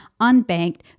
unbanked